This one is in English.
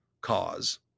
cause